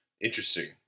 interesting